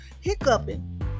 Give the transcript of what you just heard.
hiccuping